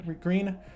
green